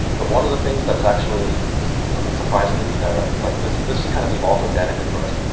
but one of the things that's actually surprisingly like this this just kind of evolved organically for us,